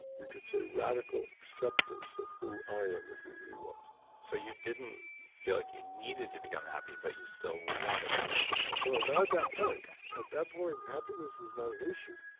you could say radical acceptance of who i am and who he was so you didn't feel like you needed to become happy, but you still wanted to become happy? no. not at that point okay at that point, happiness was not an issue.